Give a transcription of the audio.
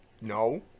No